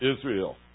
Israel